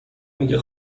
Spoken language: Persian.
میگه